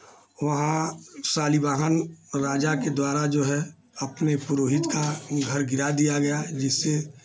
वहाँ शालिवाहन राजा के द्वारा जो है अपने पुरोहित का घर गिरा दिया गया है जिससे